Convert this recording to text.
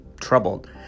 troubled